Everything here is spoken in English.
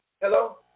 Hello